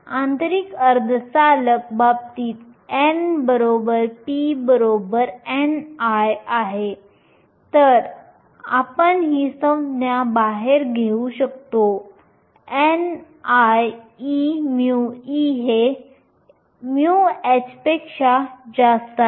आंतरिक अर्धचालक बाबतीत n p ni आहे तर आपण ही संज्ञा बाहेर घेऊ शकतो ni e μe हे μh पेक्षा जास्त आहे